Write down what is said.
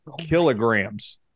kilograms